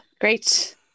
great